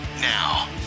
Now